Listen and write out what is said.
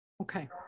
Okay